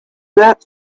that